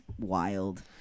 wild